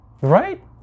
Right